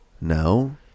No